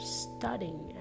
studying